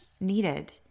needed